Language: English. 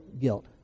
guilt